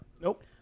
Nope